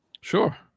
Sure